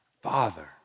Father